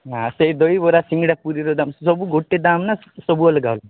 ନା ସେଇ ଦହି ବରା ସିଙ୍ଗେଡ଼ା ପୁରିର ଦାମ୍ ସେସବୁ ଗୋଟେ ଦାମ୍ ନା ସବୁ ଅଲଗା ଅଲଗା